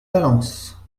valence